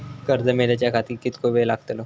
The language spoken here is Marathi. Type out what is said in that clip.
कर्ज मेलाच्या खातिर कीतको वेळ लागतलो?